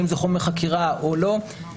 האם זה חומר חקירה או לא,